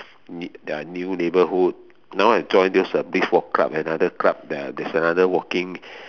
new ya new neighborhood now I join this brisk walk club another club there's another walking